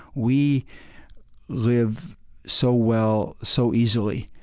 we live so well, so easily,